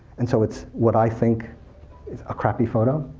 and so it's what i think is a crappy photo,